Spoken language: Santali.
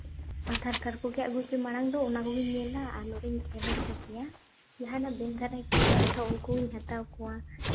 ᱟᱫᱷᱟᱨ ᱠᱟᱨᱰ ᱠᱚᱜᱮ ᱟᱹᱜᱩᱭ ᱯᱮ ᱢᱟᱲᱟᱝ ᱫᱚ ᱚᱱᱟ ᱠᱚᱜᱤᱧ ᱧᱮᱞᱟ ᱟᱨ ᱱᱚᱸᱰᱮᱧ ᱠᱷᱮᱞ ᱦᱚᱪᱚ ᱯᱮᱭᱟ ᱡᱟᱦᱟᱸᱭ ᱱᱟᱜ ᱵᱮᱥ ᱫᱷᱟᱨᱟᱭ ᱠᱷᱮᱞᱟᱭ ᱱᱟᱜ ᱠᱷᱟᱱ ᱩᱱᱠᱩ ᱜᱤᱧ ᱦᱟᱛᱟᱣ ᱠᱚᱣᱟ